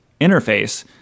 interface